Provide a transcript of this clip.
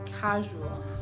casual